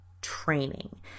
training